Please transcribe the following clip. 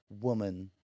woman